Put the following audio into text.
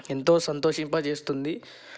ఎంతో సంతోషింపజేస్తుంది